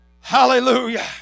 Hallelujah